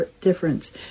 difference